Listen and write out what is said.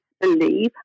believe